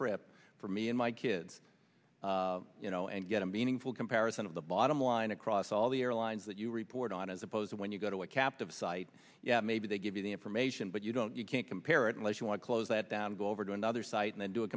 trip for me and my kids you know and get a meaningful comparison of the bottom line across all the airlines that you report on as opposed to when you go to a captive site maybe they give you the information but you don't you can't compare it unless you want to close that down go over to another site and